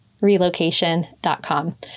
relocation.com